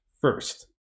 first